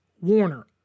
Warner